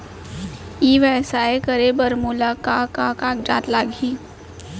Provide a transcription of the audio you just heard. ई व्यवसाय करे बर मोला का का कागजात लागही?